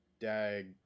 dag